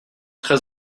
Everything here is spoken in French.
très